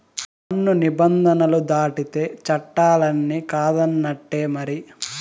పన్ను నిబంధనలు దాటితే చట్టాలన్ని కాదన్నట్టే మరి